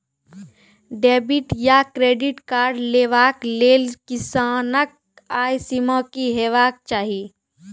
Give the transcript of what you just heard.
Debit या credit card लेवाक लेल किसानक आय सीमा की हेवाक चाही?